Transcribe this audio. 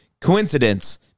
coincidence